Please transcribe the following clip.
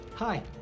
Hi